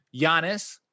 Giannis